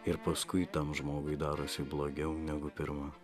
ir paskui tam žmogui darosi blogiau negu pirma